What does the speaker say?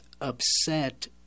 upset